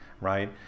Right